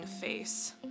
face